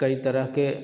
कई तरह के